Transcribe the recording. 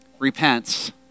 repents